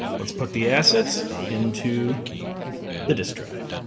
let's put the assets into the disc drive.